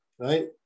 right